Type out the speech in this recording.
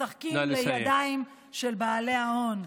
משחקים לידיים של בעלי ההון.